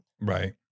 right